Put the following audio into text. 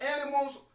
animal's